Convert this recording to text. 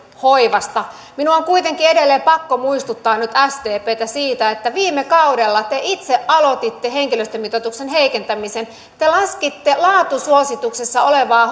hoivasta minun on nyt kuitenkin edelleen pakko muistuttaa sdptä siitä että viime kaudella te itse aloititte henkilöstömitoituksen heikentämisen te laskitte laatusuosituksessa olevaa